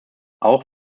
auch